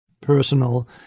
personal